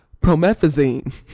promethazine